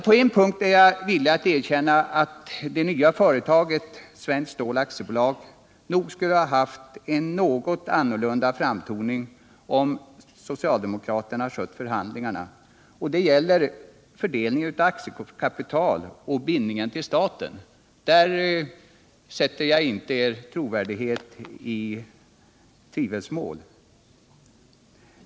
På en punkt är jag villig att erkänna att det nya företaget Svenskt Stål AB skulle ha haft en något annorlunda framtoning om socialdemokraterna skött förhandlingarna, och det är när det gäller fördelningen av aktiekapital och bindningen till staten. Där drar jag inte er trovärdighet i tvivelsmål.